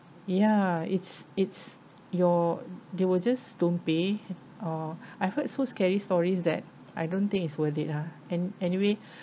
ya it's it's your they will just don't pay or I've heard so scary stories that I don't think it's worth it lah and anyway